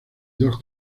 dos